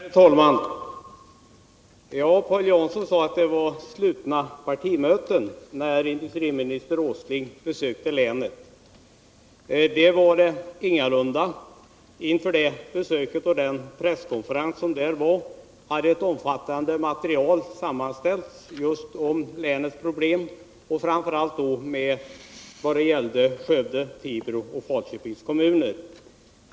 Herr talman! Paul Jansson sade att det hölls slutna partimöten när industriminister Åsling besökte Skaraborgs län. Men så var ingalunda fallet. Inför industriministerns besök och presskonferensen hade ett omfattande material om länets problem sammanställts. Materialet behandlade framför allt Skövde, Tibro och Falköpings kommuner.